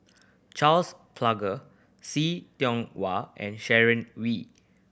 Charles Paglar See Tiong Wah and Sharon Wee